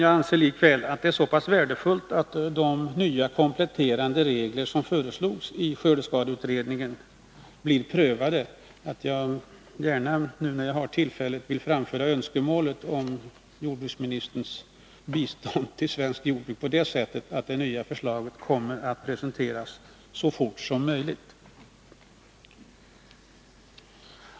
Jag anser likväl att det är så värdefullt att de nya kompletterande regler som föreslogs av skördeskadeutredningen får prövas, att jag gärna vid det här tillfället vill framföra önskemålet om jordbruksministerns bistånd till svensk jordbrukspolitik genom att förslaget till nya regler presenteras så snart som möjligt.